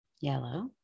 Yellow